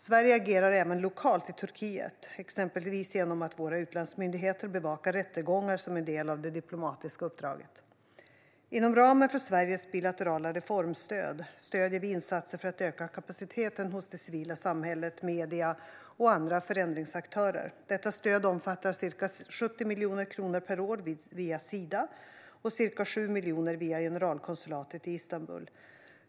Sverige agerar även lokalt i Turkiet, exempelvis genom att våra utlandsmyndigheter bevakar rättegångar som en del av det diplomatiska uppdraget. Inom ramen för Sveriges bilaterala reformstöd stöder vi insatser för att öka kapaciteten hos det civila samhället, medier och andra förändringsaktörer. Detta stöd omfattar ca 70 miljoner kronor per år via Sida och ca 7 miljoner via generalkonsulatet i Istanbul.